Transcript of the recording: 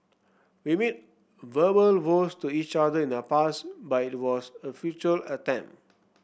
we made verbal vows to each other in the past but it was a feature attempt